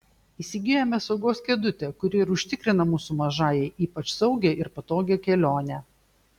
įsigijome saugos kėdutę kuri ir užtikrina mūsų mažajai ypač saugią ir patogią kelionę